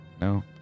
no